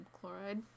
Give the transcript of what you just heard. chloride